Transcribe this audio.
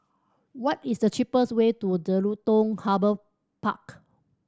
what is the cheapest way to Jelutung Harbour Park